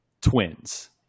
twins